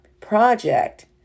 project